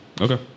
Okay